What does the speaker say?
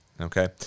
okay